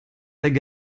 hag